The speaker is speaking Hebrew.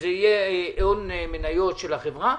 שזה יהיה הון מניות של החברה.